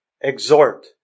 exhort